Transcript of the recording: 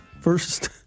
first